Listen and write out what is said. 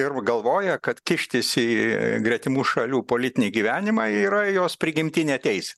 ir galvoja kad kištis į gretimų šalių politinį gyvenimą yra jos prigimtinė teisė